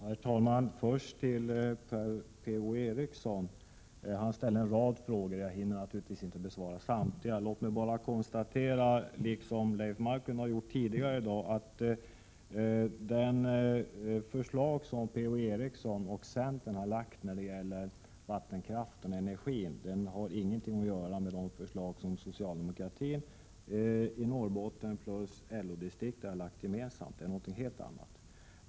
Herr talman! Först till Per-Ola Eriksson: Han ställde en rad frågor, men jag hinner naturligtvis inte besvara samtliga. Låt mig bara konstatera, som Leif Marklund har gjort tidigare i dag, att det förslag som Per-Ola Eriksson och centern har framlagt beträffande vattenkraft och energi inte har någonting att göra med det förslag som socialdemokratin och LO-distriktet gemensamt har lagt fram. Det är något helt annat.